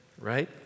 right